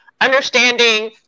understanding